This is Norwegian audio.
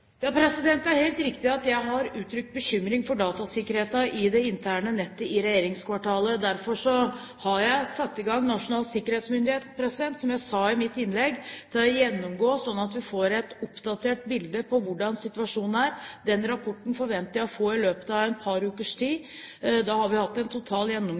Det er helt riktig at jeg har uttrykt bekymring for datasikkerheten i det interne nettet i regjeringskvartalet. Derfor har jeg satt Nasjonal sikkerhetsmyndighet, som jeg sa i mitt innlegg, til å foreta en gjennomgang, sånn at vi får et oppdatert bilde på hvordan situasjonen er. Den rapporten forventer jeg å få i løpet av et par ukers tid. Da har vi hatt en total